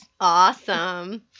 Awesome